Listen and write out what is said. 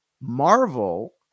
Marvel